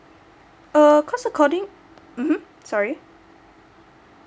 err cause according mmhmm sorry